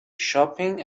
shopping